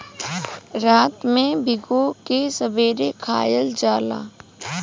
रात के भिगो के सबेरे खायल जाला